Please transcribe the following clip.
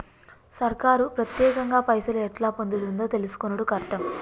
సర్కారు పత్యేకంగా పైసలు ఎట్లా పొందుతుందో తెలుసుకునుడు కట్టం